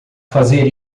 fazer